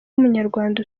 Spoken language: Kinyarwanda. w’umunyarwanda